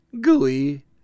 gooey